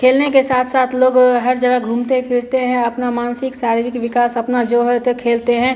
खेलने के साथ साथ लोग हर जगह घूमते फिरते हैं अपना मानसिक शारिरिक विकास अपना जो है ताे खेलते हैं